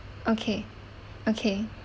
okay okay